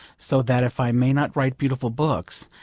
so that if i may not write beautiful books,